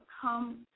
come